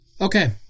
okay